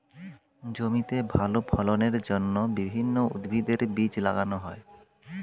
জমিতে ভালো ফলনের জন্য বিভিন্ন উদ্ভিদের বীজ লাগানো হয়